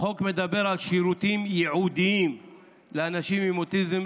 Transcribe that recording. החוק מדבר על שירותים ייעודיים לאנשים עם אוטיזם,